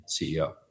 ceo